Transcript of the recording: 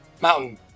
Mountain